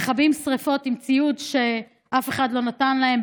מכבים שרפות בציוד שאף אחד לא נתן להם,